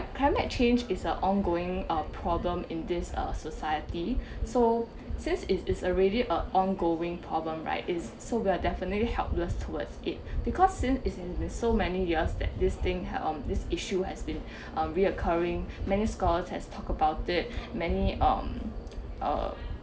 climate change is a ongoing err problem in this uh society so since it is already a ongoing problem right is so we're definitely helpless towards it because since is in so many years that this thing h~ on this issue has been um reoccurring many scholars has talked about it many um uh